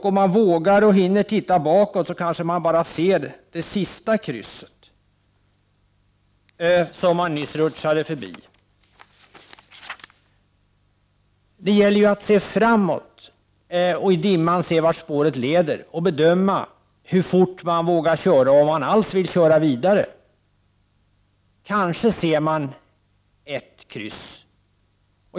Om man vågar titta bakåt, kanske man kan se det sista krysset som man nyss rutschade förbi. Det gäller att se framåt i dimman för att se vart spåret leder och bedöma hur fort man vågar köra, om man alls vill köra vidare. Kanske ser man ett kryss.